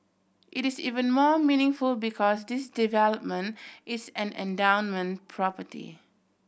it is even more meaningful because this development is an endowment property